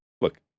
Look